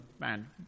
man